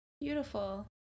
Beautiful